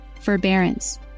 forbearance